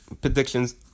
predictions